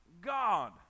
God